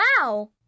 Wow